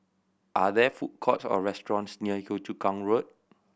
are there food courts or restaurants near Yio Chu Kang Road